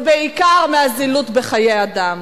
ובעיקר מהזילות בחיי אדם.